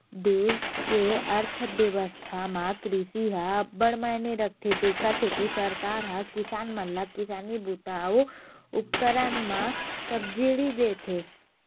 देस के अर्थबेवस्था म कृषि ह अब्बड़ मायने राखथे तेखर सेती सरकार ह किसान मन ल किसानी बूता अउ उपकरन म सब्सिडी देथे